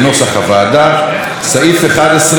לסעיף 11 יש הסתייגות מס' 13,